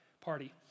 Party